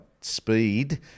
speed